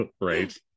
right